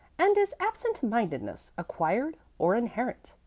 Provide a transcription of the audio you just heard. and is absent-mindedness acquired or inherent?